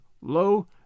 low